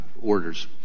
orders